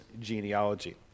genealogy